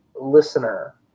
listener